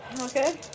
Okay